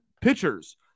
pitchers